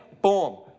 boom